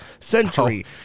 century